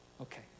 Okay